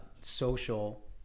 social